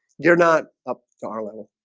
you're not up to our level